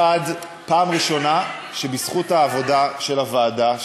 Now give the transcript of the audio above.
1. פעם ראשונה בזכות העבודה של הוועדה,